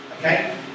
okay